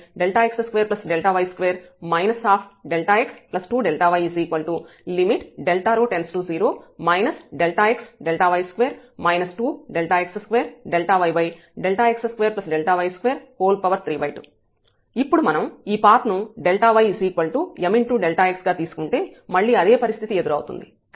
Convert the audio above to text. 1x2y2x32y3x2y2 x2Δy Δρ→0 ΔxΔy2 2Δx2ΔyΔx2Δy232 ఇప్పుడు మనం ఈ పాత్ ను ymΔx గా తీసుకుంటే మళ్ళీ అదే పరిస్థితి ఎదురవుతుంది